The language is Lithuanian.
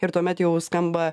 ir tuomet jau skamba